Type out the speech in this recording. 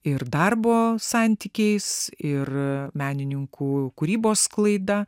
ir darbo santykiais ir menininkų kūrybos sklaida